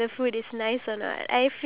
um moody